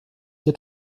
dir